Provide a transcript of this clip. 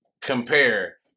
compare